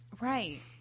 right